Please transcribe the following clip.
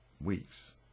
weeks